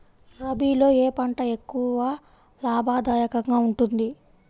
రబీలో ఏ పంట ఎక్కువ లాభదాయకంగా ఉంటుంది?